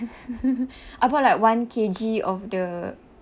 I bought like one K_G of the